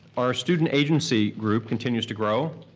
our student agency group continues to grow.